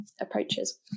approaches